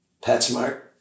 PetSmart